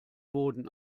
boden